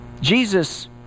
Jesus